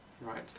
Right